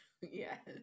Yes